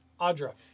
Audra